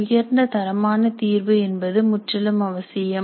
உயர்ந்த தரமான தீர்வு என்பது முற்றிலும் அவசியம்